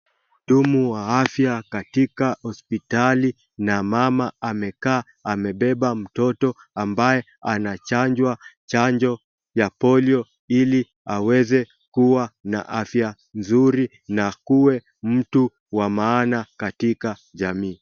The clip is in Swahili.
Hudumu wa afya katika hospitali na mama amekaa amebeba mtoto ambaye anachanjwa chanjo ya polio ili aweze kuwa na afya nzuri na kuwe mtu wa maana katika jamii.